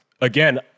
again